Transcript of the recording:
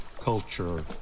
Culture